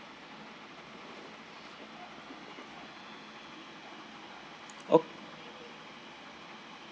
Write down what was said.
oh